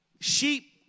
sheep